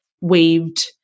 weaved